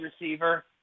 receiver